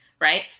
right